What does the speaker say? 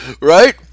right